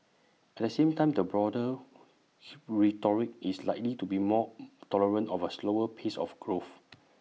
at the same time the broader rhetoric is likely to be more tolerant of A slower pace of growth